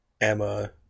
Emma